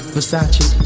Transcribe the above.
Versace